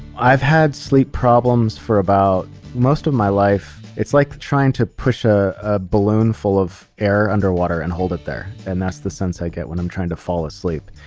i've had sleep problems for about most of my life. it's like trying to push ah a balloon full of air underwater and hold it there. and that's the sense i get when i'm trying to fall asleep.